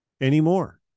anymore